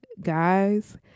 guys